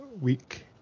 week